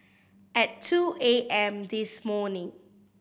at two A M this morning